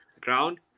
ground